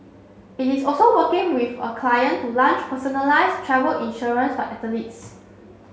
it is also working with a client to lunch personalised travel insurance for athletes